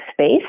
space